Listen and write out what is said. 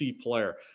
player